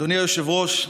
אדוני היושב-ראש,